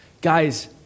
Guys